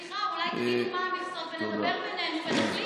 סליחה, אולי תגידו מה המכסות ונדבר בינינו ונחליט.